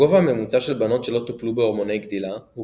הגובה הממוצע של בנות שלא טופלו בהורמוני גדילה הוא